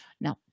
now